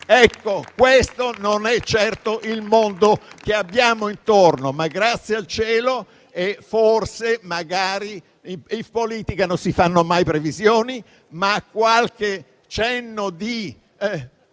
Questo non è certo il mondo che abbiamo intorno. Grazie al cielo, magari - anche se in politica non si fanno mai previsioni - qualche cenno di